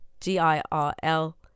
G-I-R-L